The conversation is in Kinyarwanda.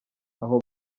aho